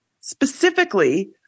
Specifically